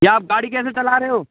यद आप गाड़ी कैसे चला रहे हो